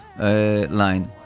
line